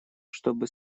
чтобы